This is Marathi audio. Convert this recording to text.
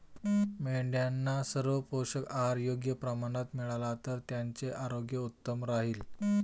मेंढ्यांना सर्व पोषक आहार योग्य प्रमाणात मिळाला तर त्यांचे आरोग्य उत्तम राहील